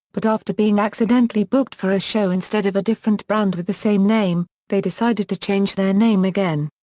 but after being accidentally booked for a show instead of a different band with the same name, they decided to change their name again.